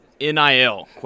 NIL